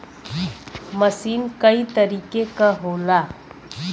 मसीन कई तरीके क होला